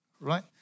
right